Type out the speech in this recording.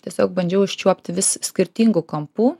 tiesiog bandžiau užčiuopti vis skirtingų kampų